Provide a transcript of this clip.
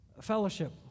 Fellowship